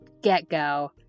get-go